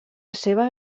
seva